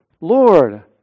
Lord